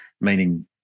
meaning